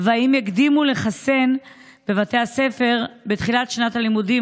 2. האם יקדימו לחסן בבתי הספר בתחילת שנת הלימודים?